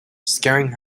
scaring